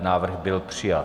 Návrh byl přijat.